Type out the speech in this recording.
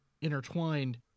intertwined